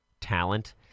talent